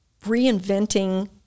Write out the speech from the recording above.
Reinventing